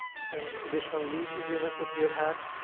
the additional lease agreements that we have had.